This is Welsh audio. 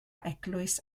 eglwys